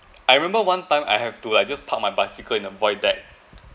I remember one time I have to like just park my bicycle and avoid that